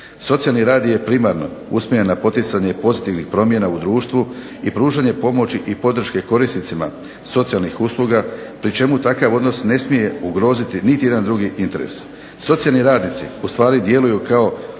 Socijalni rad je primarno usmjereno na poticanje pozitivnih promjena u društvu i pružanje pomoći i podrške korisnicima socijalnih usluga, pri čemu takav odnos ne smije ugroziti niti jedan drugi interes. Socijalni radnici ustvari djeluju kao